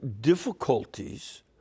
difficulties